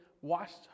washed